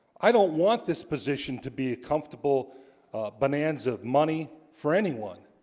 i don't want this position to be a comfortable bonanza money for anyone